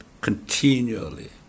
continually